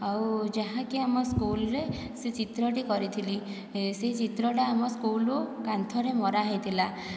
ଆଉ ଯାହାକି ଆମ ସ୍କୁଲରେ ସେ ଚିତ୍ରଟି କରିଥିଲି ସେ ଚିତ୍ରଟା ଆମ ସ୍କୁଲ୍ କାନ୍ଥରେ ମରା ହୋଇଥିଲା